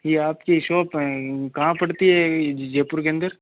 ये आपकी सोप है कहाँ पड़ती है जयपुर के अंदर